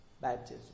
Baptism